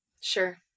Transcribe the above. Sure